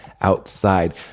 outside